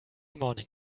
morning